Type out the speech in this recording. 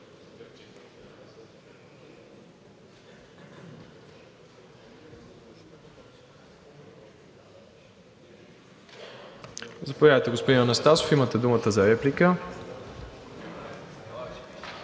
Заповядайте, господин Анастасов, имате думата за реплика.